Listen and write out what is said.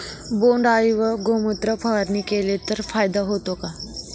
बोंडअळीवर गोमूत्र फवारणी केली तर फायदा होतो का?